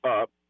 up